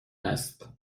است